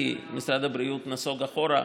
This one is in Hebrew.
כי משרד הבריאות נסוג אחורה.